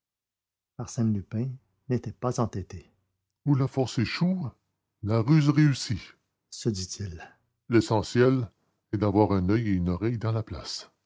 arsène lupin n'était pas entêté où la force échoue la ruse réussit se dit-il l'essentiel est d'avoir un oeil et une oreille dans la place